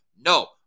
No